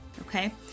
Okay